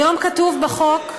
היום כתוב בחוק,